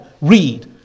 read